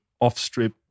off-strip